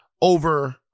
over